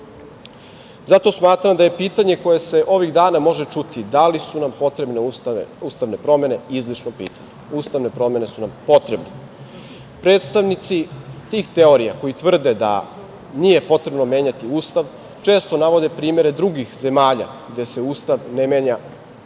smatram da je pitanje koje se ovih dana može čuti - da li su nam potrebne ustavne promene, izlišno pitanje. Ustavne promene su nam potrebne. Predstavnici tih teorija koji tvrde da nije potrebno menjati Ustav, često navode primere drugih zemalja gde se ustav ne menja